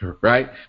right